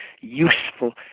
useful